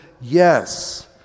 yes